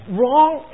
wrong